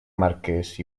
marquès